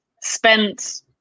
spent